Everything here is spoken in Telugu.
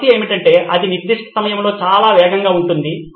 సమస్య ఏమిటంటే అది నిర్దిష్ట సమయంలో చాలా వేగంగా ఉంటుంది